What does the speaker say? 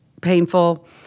painful